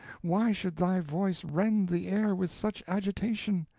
why should thy voice rend the air with such agitation?